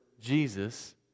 Jesus